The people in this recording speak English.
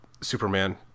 superman